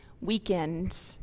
weekend